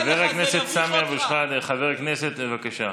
חבר הכנסת סמי אבו שחאדה, חבר הכנסת, בבקשה.